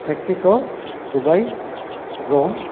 Mexico Dubai Rome